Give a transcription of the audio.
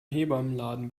hebammenladen